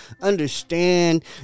understand